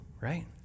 right